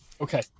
Okay